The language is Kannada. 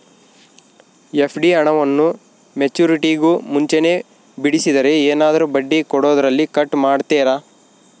ಎಫ್.ಡಿ ಹಣವನ್ನು ಮೆಚ್ಯೂರಿಟಿಗೂ ಮುಂಚೆನೇ ಬಿಡಿಸಿದರೆ ಏನಾದರೂ ಬಡ್ಡಿ ಕೊಡೋದರಲ್ಲಿ ಕಟ್ ಮಾಡ್ತೇರಾ?